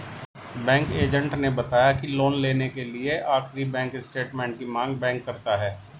bank agent ने बताया की लोन लेने के लिए आखिरी बैंक स्टेटमेंट की मांग बैंक करता है